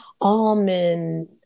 almond